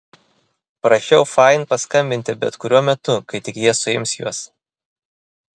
prašiau fain paskambinti bet kuriuo metu kai tik jie suims juos